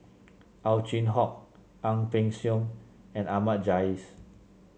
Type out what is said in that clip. Ow Chin Hock Ang Peng Siong and Ahmad Jais